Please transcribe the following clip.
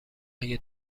اگه